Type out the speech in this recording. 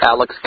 Alex